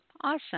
Awesome